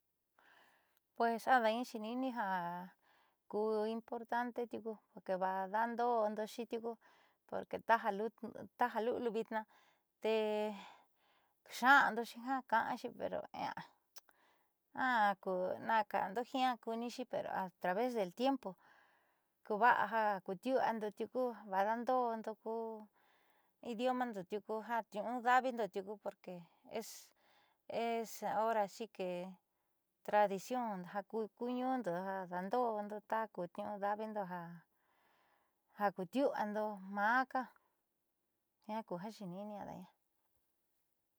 Pues ada'aña xe'eni'ini ja ku importente tiuku kavaajdando'ando xi tiuku porque taja luliu vitnaa tee xa'ando jaka'anxi pero ña'a naa kaando jiaa kuuniixi pero atravez del tiempo kuuva'a ja kuutiu'uando tiuku va'adaando'ondo ku idiomando kuniu'unnda'avindo porque es hora que tradicion jaku kuñuundo jaa daando'ondo ta ku niu'undaavindo ja kuutiu'ando maaka jiaa ku ja xiini'ini ada'aña.